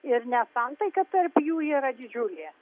ir nesantaika tarp jų yra didžiulė